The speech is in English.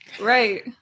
Right